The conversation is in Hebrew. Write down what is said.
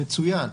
זה מצוין.